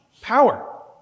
power